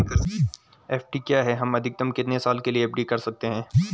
FD क्या है हम अधिकतम कितने साल के लिए एफ.डी कर सकते हैं?